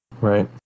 Right